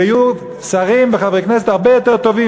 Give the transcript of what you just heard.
ויהיו שרים וחברי כנסת הרבה יותר טובים